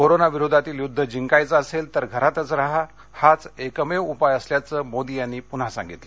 कोरोनाविरोधातील युद्ध जिंकायचं असेल तर घरातच राहा हाच एकमेव उपाय असल्याचं मोदींनी पुन्हा एकदा सांगितलं